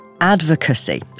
advocacy